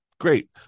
great